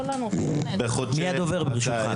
מי הדובר ברשותך?